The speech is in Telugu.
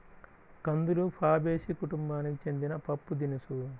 కందులు ఫాబేసి కుటుంబానికి చెందిన పప్పుదినుసు